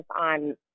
on